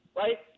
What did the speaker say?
right